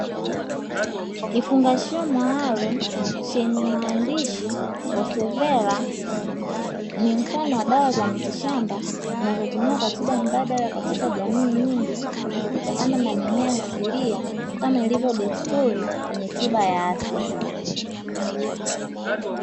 Kifungashio maalumu chenye maandishi "Posevera" ni mfano wa dawa za mitishamba zinazotumiwa kwa tiba mbadala katika jamii nyingi, zikitokana na mimea asilia kama ilivyo desturi ya tiba ya asili.